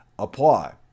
Apply